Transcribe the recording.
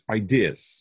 ideas